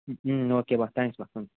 okay బావ thanks బావ